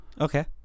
okay